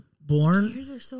born